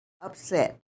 upset